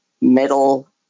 middle